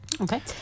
okay